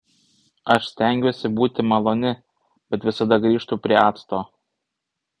aš stengiuosi būti maloni bet visada grįžtu prie acto